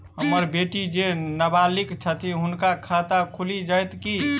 हम्मर बेटी जेँ नबालिग छथि हुनक खाता खुलि जाइत की?